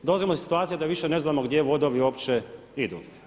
Dolazimo do situacije da više ne znamo gdje vodovi opće idu.